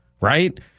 Right